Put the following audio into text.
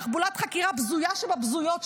תחבולת חקירה בזויה שבבזויות,